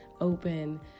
open